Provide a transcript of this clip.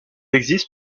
existe